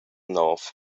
nov